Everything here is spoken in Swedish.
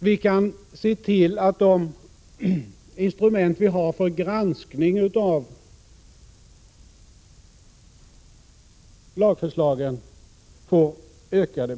Vi kan se till att öka befogenheterna när det gäller de instrument som vi har för granskning av lagförslagen.